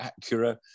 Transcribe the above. Acura